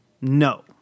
No